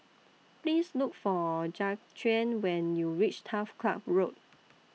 Please Look For Jaquan when YOU REACH Turf Club Road